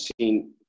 seen